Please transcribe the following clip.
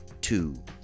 two